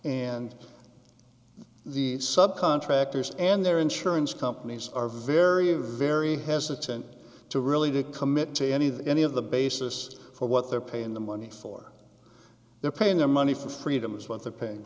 and the sub contractors and their insurance companies are very very hesitant to really to commit to anything any of the basis for what they're paying the money for they're paying their money for freedom is what the paying